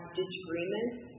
disagreements